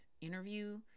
interview